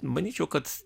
manyčiau kad